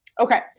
Okay